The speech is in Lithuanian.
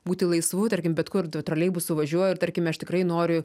būti laisvu tarkim bet kur tr troleibusu važiuoju tarkime aš tikrai noriu